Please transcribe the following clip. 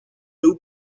new